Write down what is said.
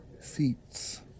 seats